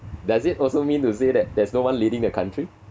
does it also mean to say that there is no one leading the country